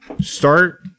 start